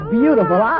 beautiful